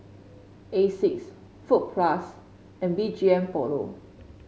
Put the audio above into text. Asics Fruit Plus and B G M Polo